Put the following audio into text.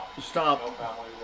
Stop